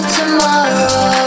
tomorrow